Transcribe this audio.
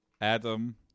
Adam